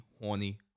horny